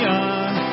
on